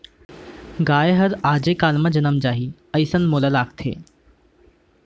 गाय हर आजे काल म जनम जाही, अइसन मोला लागत हे